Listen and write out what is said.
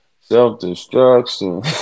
Self-destruction